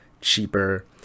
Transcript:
cheaper